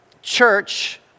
Church